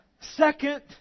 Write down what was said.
Second